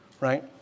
Right